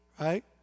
right